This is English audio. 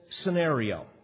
scenario